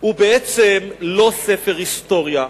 הוא בעצם לא ספר היסטוריה,